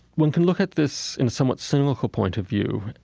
one can look at this in a somewhat cynical point of view,